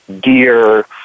gear